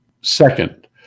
second